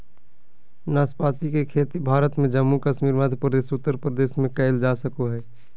नाशपाती के खेती भारत में जम्मू कश्मीर, मध्य प्रदेश, उत्तर प्रदेश में कइल जा सको हइ